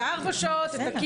את העניין של הארבע שעות וכו'.